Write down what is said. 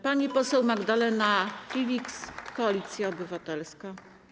Pani poseł Magdalena Filiks, Koalicja Obywatelska.